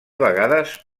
vegades